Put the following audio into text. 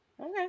Okay